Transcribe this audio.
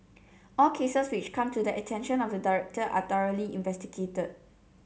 all cases which come to the attention of the director are thoroughly investigated